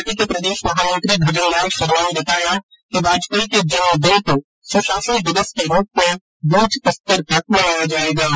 party के प्रदेश महामंत्री भजनलाल शर्मा ने बताया कि वाजपेयी के जन्मदिन को सुशासन दिवस के रूप में बूथ स्तर तक मनाया जायेगा